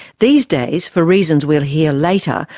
these days, for reasons we'll hear later,